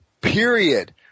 period